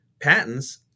Patents